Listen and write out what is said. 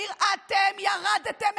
עכשיו גם רון חולדאי,